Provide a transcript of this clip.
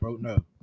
no